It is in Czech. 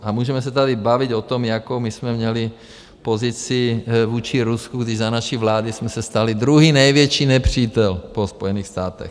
A můžeme se tady bavit o tom, jakou my jsme měli pozici vůči Rusku, když za naší vlády jsme se stali druhým největším nepřítelem po Spojených státech.